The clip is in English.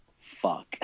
fuck